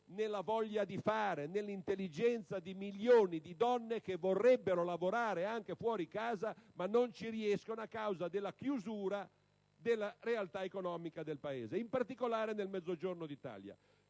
nella voglia di fare e nell'intelligenza di milioni di donne che vorrebbero lavorare anche fuori casa, ma non ci riescono, a causa della chiusura della realtà economica del Paese, in particolare nel Mezzogiorno d'Italia.